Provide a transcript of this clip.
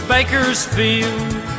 Bakersfield